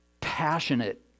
passionate